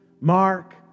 Mark